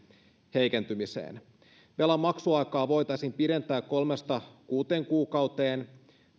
heikentymiseen velanmaksuaikaa voitaisiin pidentää kolmesta kuuteen kuukauteen